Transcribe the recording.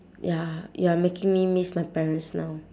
ya you're making me miss my parents now